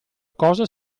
cosa